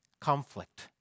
conflict